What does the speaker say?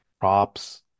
props